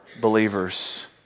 believers